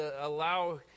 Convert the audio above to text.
allow